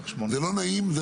זה לא נעים.